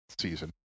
season